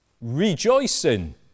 rejoicing